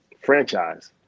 franchise